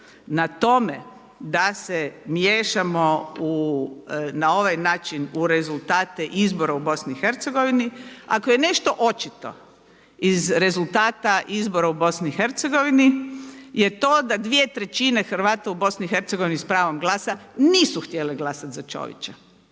na tome da se miješamo u na ovaj način u rezultate izbora u BiH, ako je nešto očito iz rezultata izbora u BiH je to da 2/3 Hrvata u BiH s pravom glasa nisu htjeli glasati za Čovića.